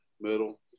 Middle